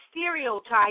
stereotype